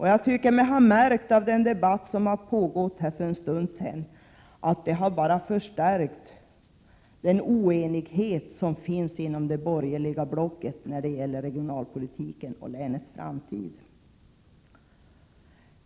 Jag tycker mig ha märkt av den debatt som pågick här för en stund sedan att denan bara förstärkt den oenighet som finns inom det borgerliga blocket när det gäller regionalpolitiken och länets framtid.